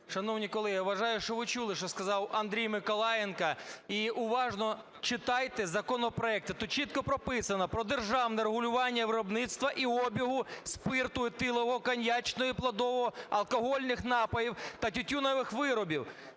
Шановні колеги, я вважаю, що ви чули, що сказав Андрій Ніколаєнко, і уважно читайте законопроекти. Тут чітко прописано: про державне регулювання виробництва і обігу спирту етилового, коньячного і плодового, алкогольних напоїв та тютюнових виробів.